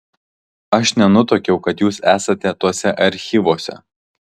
aš nenutuokiau kad jūs esate tuose archyvuose